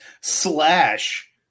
Slash